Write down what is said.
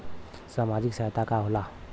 सामाजिक सहायता का होला?